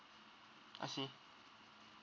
I see